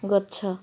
ଗଛ